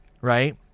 right